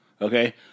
okay